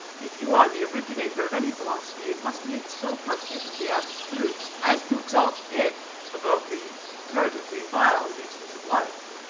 if you are the originator of any philosophy, it must needs so partake of the abstruse, as to exalt it above the comparatively vile uses of life.